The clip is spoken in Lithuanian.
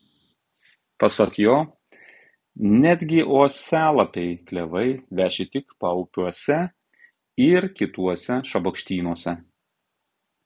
pasak jo netgi uosialapiai klevai veši tik paupiuose ir kituose šabakštynuose